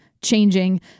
changing